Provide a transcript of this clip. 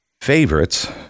favorites